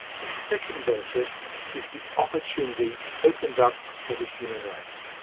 the second benefit is the opportunity opened up for the human race.